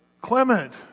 Clement